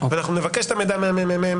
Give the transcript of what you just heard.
אנחנו נבקש את המידע מהממ"מ.